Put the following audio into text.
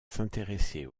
s’intéresser